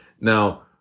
now